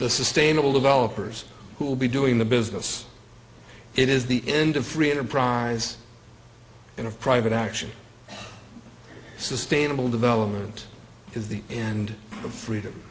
the sustainable developers who will be doing the business it is the end of free enterprise in a private action sustainable development is the and the freedom